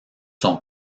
sont